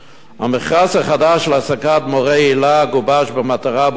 המכרז החדש להעסקת מורי היל"ה גובש במטרה ברורה,